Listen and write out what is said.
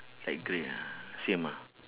light grey ah same ah